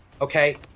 okay